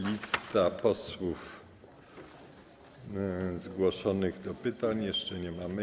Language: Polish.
Lista posłów zgłoszonych do pytań - jeszcze jej nie mamy.